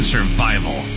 Survival